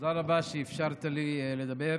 תודה רבה שאפשרת לי לדבר.